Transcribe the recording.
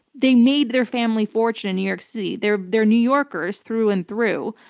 they made their family fortune in new york city. they're they're new yorkers, through and through.